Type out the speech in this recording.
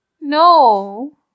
No